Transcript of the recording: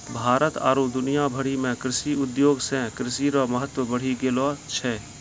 भारत आरु दुनिया भरि मे कृषि उद्योग से कृषि रो महत्व बढ़ी गेलो छै